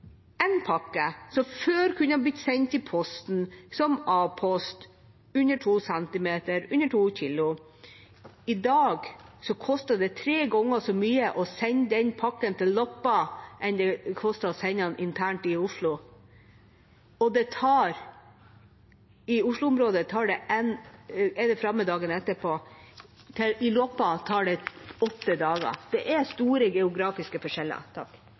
under 2 cm, under 2 kg, i dag koster tre ganger så mye å sende til Loppa som det koster å sende den internt i Oslo. I Oslo-området er den framme dagen etterpå, til Loppa tar det åtte dager. Det er store geografiske forskjeller